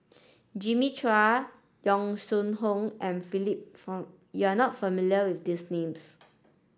Jimmy Chua Yong Shu Hoong and Philip you are not familiar with these names